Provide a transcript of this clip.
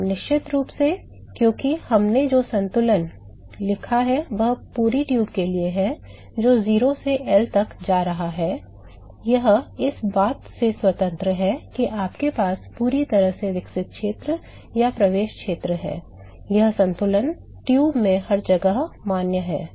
हाँ निश्चित रूप से क्योंकि हमने जो संतुलन लिखा है वह पूरी ट्यूब के लिए है जो 0 से L तक जा रहा है यह इस बात से स्वतंत्र है कि आपके पास पूरी तरह से विकसित क्षेत्र या प्रवेश क्षेत्र है यह संतुलन ट्यूब में हर जगह मान्य है